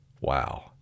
Wow